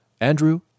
Andrew